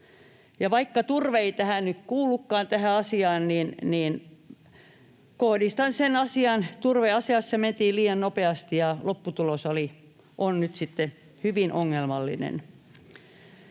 vaikka turve ei tähän asiaan nyt kuulukaan, niin kohdistan siihen asiaan: turveasiassa mentiin liian nopeasti, ja lopputulos on nyt sitten hyvin ongelmallinen.